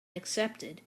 accepted